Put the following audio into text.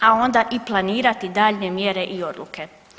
A onda i planirati daljnje mjere i odluke.